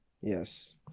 Yes